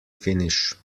finish